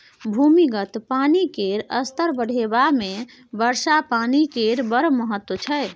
भूमिगत पानि केर स्तर बढ़ेबामे वर्षा पानि केर बड़ महत्त्व छै